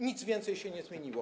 Nic więcej się nie zmieniło.